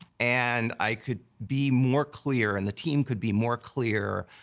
and i could be more clear, and the team could be more clear,